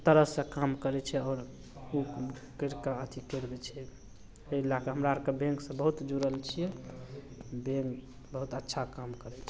तरहसे काम करै छै आओर ओ करिके अथी करि दै छै एहि लैके हमरा आओरके बैँकसे बहुत जुड़ल छिए बैँक बहुत अच्छा काम करै छै